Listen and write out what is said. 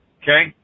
okay